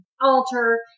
altar